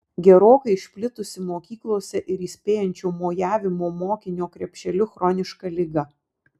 gerokai išplitusi mokyklose ir įspėjančio mojavimo mokinio krepšeliu chroniška liga